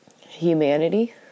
humanity